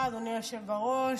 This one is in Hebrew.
תודה, אדוני היושב בראש.